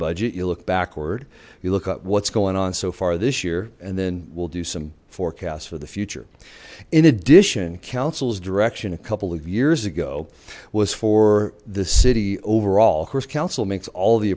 budget you look backward if you look up what's going on so far this year and then we'll do some forecasts for the future in addition councils direction a couple of years ago was for the city overall course council makes all the